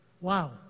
Wow